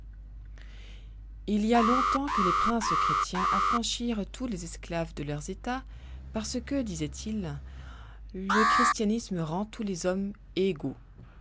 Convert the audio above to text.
il y a longtemps que les princes chrétiens affranchirent tous les esclaves de leurs états parce que disoient-ils le christianisme rend tous les hommes égaux